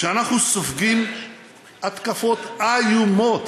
שאנחנו סופגים התקפות איומות,